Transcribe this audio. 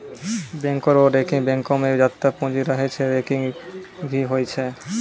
बैंको रो रैंकिंग बैंको मे जत्तै पूंजी रहै छै रैंकिंग भी होय छै